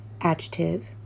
adjective